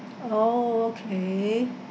oh okay